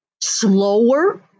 slower